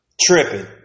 Tripping